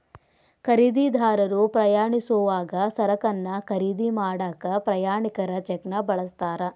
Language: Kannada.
ಖರೇದಿದಾರರು ಪ್ರಯಾಣಿಸೋವಾಗ ಸರಕನ್ನ ಖರೇದಿ ಮಾಡಾಕ ಪ್ರಯಾಣಿಕರ ಚೆಕ್ನ ಬಳಸ್ತಾರ